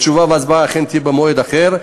תשובה והצבעה אכן יהיו במועד אחר.